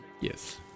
Yes